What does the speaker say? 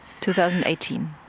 2018